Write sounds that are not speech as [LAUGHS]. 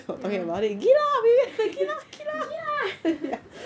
ya [LAUGHS] glia [LAUGHS]